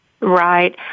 Right